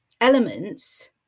elements